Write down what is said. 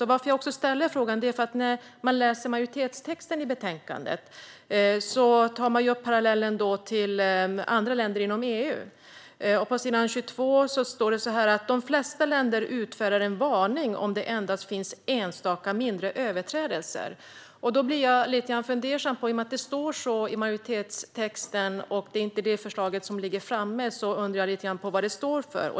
Anledningen till att jag ställde frågan var att man i majoritetstexten i betänkandet tar upp parallellen med andra länder inom EU. På s. 22 står det så här: De flesta länder utfärdar en varning om det endast finns enstaka mindre överträdelser. Då blir jag lite fundersam. I och med att det står så i majoritetstexten och det inte är det förslag som ligger framme undrar jag lite grann vad det står för.